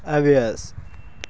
ਅਵੇਅਸ